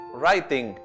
writing